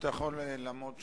אתה יכול לעמוד שם.